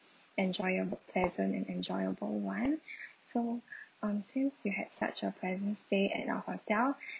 enjoyab~ pleasant and enjoyable one so um since you had such a pleasant stay at our hotel